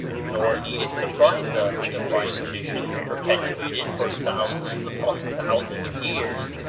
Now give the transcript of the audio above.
nor need it surprise us to find traditions perpetuated for thousands upon thousands of years,